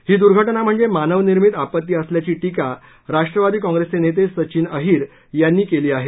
ही दुर्घटना म्हणजे मानवनिर्मित आपत्ती असल्याची टीका राष्ट्रवादी काँग्रेसचे नेते सचिन अहिर यांनी केली आहे